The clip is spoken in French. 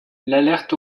l’alert